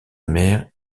mère